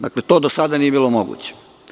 Dakle, to do sada nije bilo moguće.